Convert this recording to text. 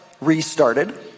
restarted